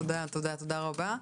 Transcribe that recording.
תודה רבה.